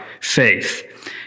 faith